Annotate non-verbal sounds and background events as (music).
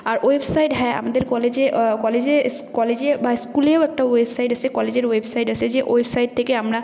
আর website হ্যাঁ আমাদের কলেজে কলেজে (unintelligible) কলেজে বা স্কুলেও একটা ওয়েবসাইট এসেছে কলেজের ওয়েবসাইট এসেছে ওয়েবসাইট থেকে আমরা